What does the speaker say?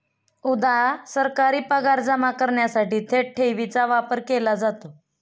उदा.सरकारी पगार जमा करण्यासाठी थेट ठेवीचा वापर केला जातो